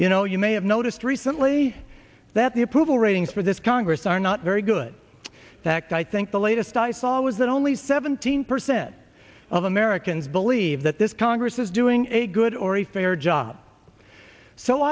you know you may have noticed recently that the approval ratings for this congress are not very good fact i think the latest i saw was that only seventeen percent of americans believe that this congress is doing a good or a fair job so